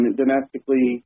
domestically